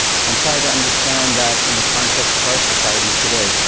and try to understand that in the context of our society today,